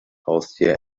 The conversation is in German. haustier